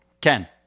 Ken